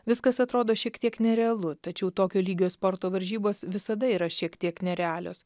viskas atrodo šiek tiek nerealu tačiau tokio lygio sporto varžybos visada yra šiek tiek nerealios